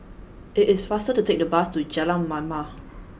it is faster to take the bus to Jalan Mamam